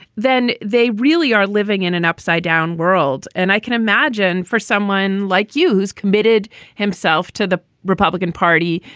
then they really are living in an upside down world. and i can imagine for someone like you who's admitted himself to the republican party.